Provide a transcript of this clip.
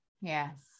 Yes